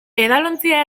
edalontzia